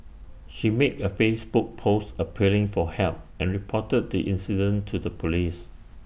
she made A Facebook post appealing for help and reported the incident to the Police